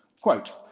Quote